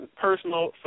personal